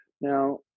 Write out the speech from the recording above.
now